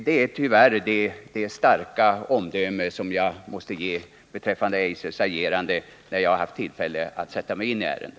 Det är det starka omdöme som jag efter att ha haft tillfälle att sätta mig in i ärendet tyvärr måste ge beträffande Eisers agerande.